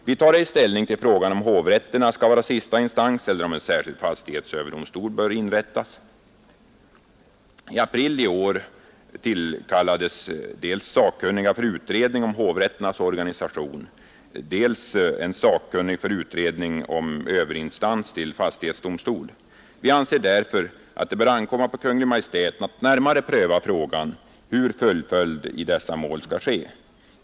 Vi tar ej ställning till frågan om hovrätterna skall vara sista instans eller om en särskild fastighetsöverdomstol bör inrättas. I april i år tillkallades dels sakkunniga för utredning om hovrätternas organisation, dels en sakkunnig för utredning om överinstans till fastighetsdomstol. Vi anser därför att det bör ankomma på Kungl. Maj:t att närmare pröva frågan hur fullföljd i dessa mål skall ske.